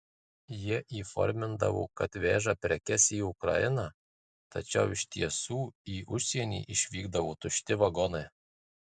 jie įformindavo kad veža prekes į ukrainą tačiau iš tiesų į užsienį išvykdavo tušti vagonai